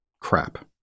crap